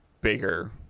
bigger